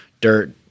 dirt